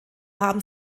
haben